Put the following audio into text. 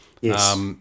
Yes